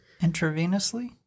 intravenously